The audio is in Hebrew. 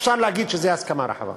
אפשר להגיד שזו הסכמה רחבה.